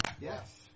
Yes